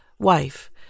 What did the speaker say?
wife